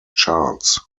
charts